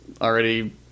already